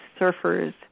surfers